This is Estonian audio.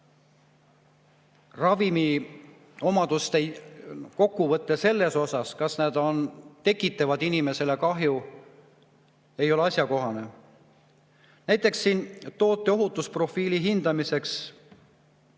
Ka ravimi omaduste kokkuvõte selles osas, kas nad tekitavad inimesele kahju, ei ole asjakohane. Näiteks toote ohutusprofiili hindamiseks